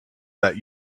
that